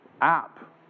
app